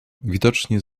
widocznie